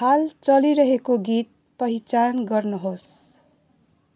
हाल चलिरहेको गीत पहिचान गर्नुहोस्